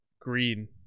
green